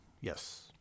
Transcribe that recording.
Yes